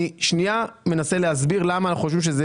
אני שנייה מנסה להסביר למה אנחנו חושבים שזה